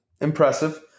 Impressive